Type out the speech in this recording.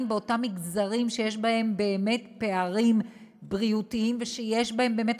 באותם מגזרים שיש בהם באמת פערים בריאותיים ויש בהם באמת